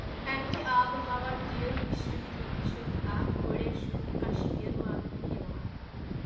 اَمہِ کہِ آبہٕ ہوا كہِ ہِشرٕ کِنۍ چھ اَتھ اوڈیشہُک کشمیر وننہٕ یِوان